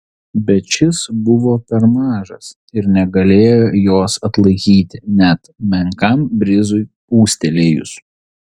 bet šis buvo per mažas ir negalėjo jos atlaikyti net menkam brizui pūstelėjus